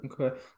okay